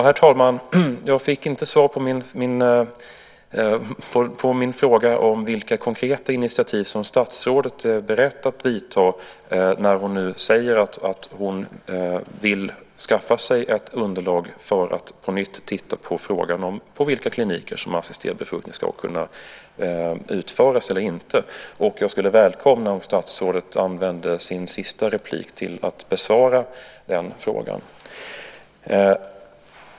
Herr talman! Jag fick inte svar på min fråga om vilka konkreta initiativ som statsrådet är beredd att vidta när hon nu säger att hon vill skaffa sig ett underlag för att på nytt titta på frågan om på vilka kliniker som assisterad befruktning ska kunna utföras eller inte utföras. Jag skulle välkomna om statsrådet använde sitt sista inlägg till att besvara den frågan.